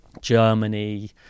Germany